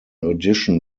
audition